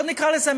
בואו נקרא לזה,